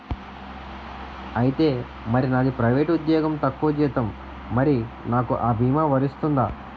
ఐతే మరి నాది ప్రైవేట్ ఉద్యోగం తక్కువ జీతం మరి నాకు అ భీమా వర్తిస్తుందా?